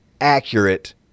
accurate